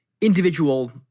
individual